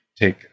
take